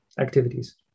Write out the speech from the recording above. activities